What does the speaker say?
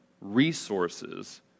resources